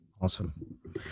Awesome